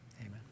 Amen